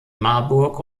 marburg